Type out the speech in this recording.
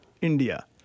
India